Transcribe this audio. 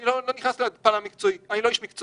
אני לא נכנס לפן המקצועי, אני לא איש מקצוע,